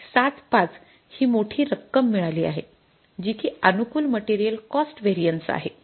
७५ ही मोठी रक्कम मिळाली आहे जी कि अनुकूल मटेरियल कॉस्ट व्हेरिएन्स आहे